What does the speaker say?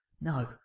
No